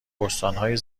بستانهای